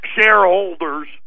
shareholders